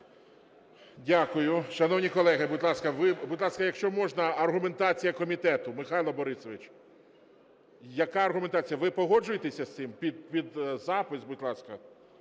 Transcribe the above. Дякую. Шановні колеги, будь ласка... Будь ласка, якщо можна, аргументація комітету. Михайле Борисовичу, яка аргументація? Ви погоджуєтеся з цим? Під запис, будь ласка.